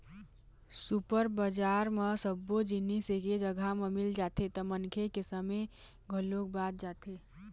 super बजार म सब्बो जिनिस एके जघा म मिल जाथे त मनखे के समे घलोक बाच जाथे